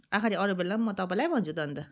आखिरी अरू बेला पनि म तपाईँलाई भन्छु त अन्त